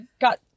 got